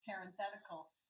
parenthetical